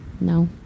No